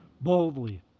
boldly